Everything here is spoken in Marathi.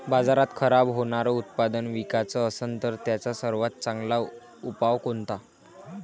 बाजारात खराब होनारं उत्पादन विकाच असन तर त्याचा सर्वात चांगला उपाव कोनता?